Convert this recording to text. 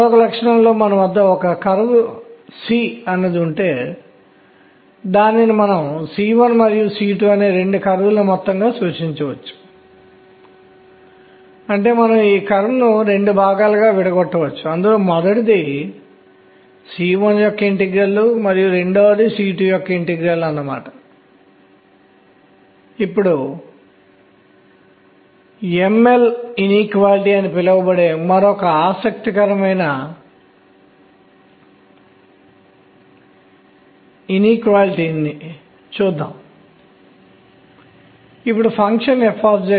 ఒక కక్ష్యలో కదులుతున్న కణం వలయంలోని విద్యుత్ ప్రవాహమును సూచిస్తుంది R వ్యాసార్థం కలిగిన వలయంలో విద్యుత్ ప్రవాహము I ఉంటే ఇది గమనంతో కూడిన మ్యాగ్నెటిక్ మొమెంటం అయస్కాంత భ్రామకంను సూచిస్తుంది మరియు మ్యాగ్నెటిక్ మొమెంటం అయస్కాంత భ్రామకం ఎంత ఉంటుందో త్వరిత గణనను చేద్దాము